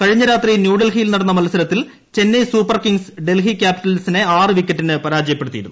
കഴിഞ്ഞ രാത്രി ന്യൂഡൽഹിയിൽ നടന്ന മത്സർത്തിൽ ചെന്നൈ സൂപ്പർ കിംഗ്സ് ഡൽഹി ക്യാപിറ്റൽസിനെ ആറ് വിക്കറ്റിന് പരാജയപ്പെടുത്തിയിരുന്നു